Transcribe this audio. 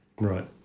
Right